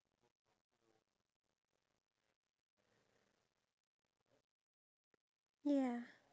you need to plan so that you know where you are and you know where you are going and as you plan